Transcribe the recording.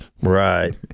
Right